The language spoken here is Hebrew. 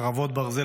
חרבות ברזל,